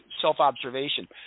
self-observation